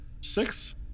Six